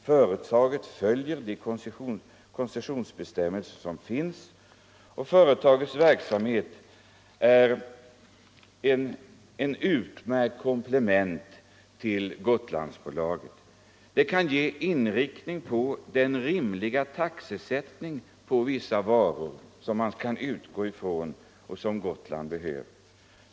Företaget följer de koncessionsbestämmelser som finns, och dess verksamhet är ett utmärkt komplement till Gotlandsbolaget. Det kan ge inriktning på en rimlig taxesättning på vissa varor som Gotland behöver.